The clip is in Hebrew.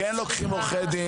איזו חוות דעת אפשר לתת על הנחות?